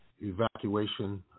evacuation